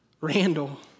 Randall